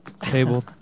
Table